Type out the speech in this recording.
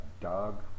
dog